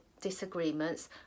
disagreements